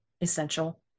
essential